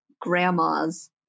grandma's